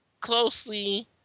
closely